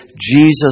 Jesus